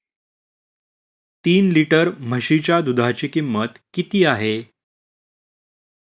तीन लिटर म्हशीच्या दुधाची किंमत किती आहे?